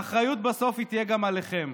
האחריות בסוף תהיה גם עליכם.